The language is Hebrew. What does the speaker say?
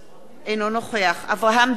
אינו נוכח אברהם דיכטר,